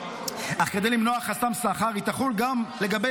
אך כדי למנוע חסם סחר היא תחול גם לגבי